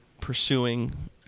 pursuing